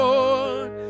Lord